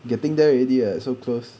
getting there already ah so close